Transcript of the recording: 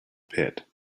pit